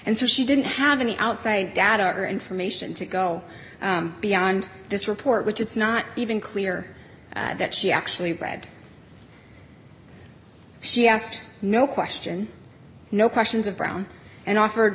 and so she didn't have any outside data or information to go beyond this report which it's not even clear that she actually bred she asked no question no questions of brown and offered